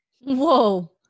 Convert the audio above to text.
Whoa